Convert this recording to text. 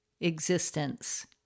existence